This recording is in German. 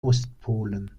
ostpolen